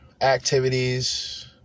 activities